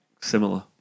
similar